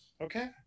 Okay